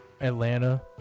Atlanta